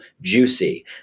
juicy